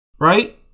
Right